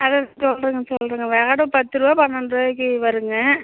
அதுதான் சொல்கிறேங்க சொல்கிறேங்க வாடகை பத்து ருபா பன்னெண்டு ருபாய்க்கி வருங்க